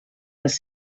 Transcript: les